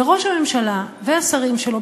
וראש הממשלה והשרים שלו,